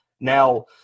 Now